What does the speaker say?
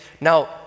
Now